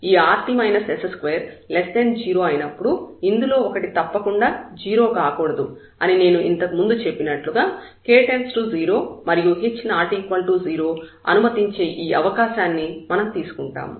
ఈ rt s20 అయినప్పుడు ఇందులో ఒకటి తప్పకుండా 0 కాకూడదు అని నేను ఇంతకు ముందు చెప్పినట్లుగా k→0 మరియు h ≠0 అనుమతించే ఈ అవకాశాన్ని మనం తీసుకుంటాము